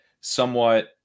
somewhat